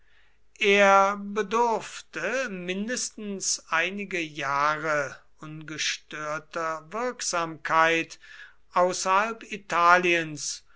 er bedurfte mindestens einige jahre ungestörter wirksamkeit außerhalb italiens